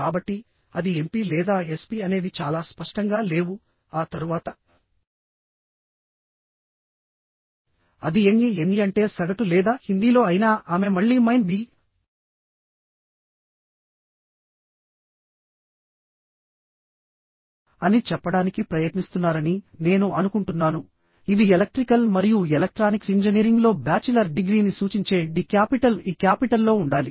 కాబట్టి అది ఎంపి లేదా ఎస్పి అనేవి చాలా స్పష్టంగా లేవు ఆ తరువాత అది ఎంఇ ఎన్ఇ అంటే సగటు లేదా హిందీలో అయినా ఆమె మళ్ళీ మైన్ బిఇ అని చెప్పడానికి ప్రయత్నిస్తున్నారని నేను అనుకుంటున్నాను ఇది ఎలక్ట్రికల్ మరియు ఎలక్ట్రానిక్స్ ఇంజనీరింగ్లో బ్యాచిలర్ డిగ్రీని సూచించే డి క్యాపిటల్ ఇ క్యాపిటల్లో ఉండాలి